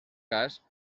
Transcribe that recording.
cas